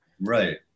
Right